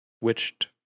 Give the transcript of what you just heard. witched